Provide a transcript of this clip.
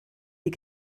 die